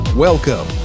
Welcome